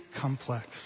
complex